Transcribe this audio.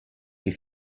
die